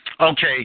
Okay